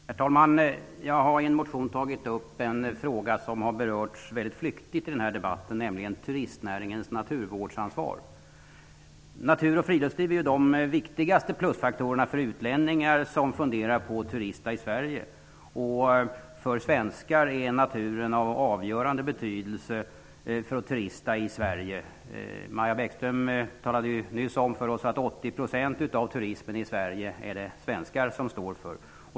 Herr talman! Jag har i en motion tagit upp en fråga som har berörts väldigt flyktigt i debatten, nämligen turistnäringens naturvårdsansvar. Natur och friluftsliv är de viktigaste plusfaktorerna för utlänningar som funderar på att turista i Sverige. För svenskar är naturen av avgörande betydelse när det gäller att turista i Sverige. Maja Bäckström talade nyss om för oss att svenskar står för 80 % av turismen i Sverige.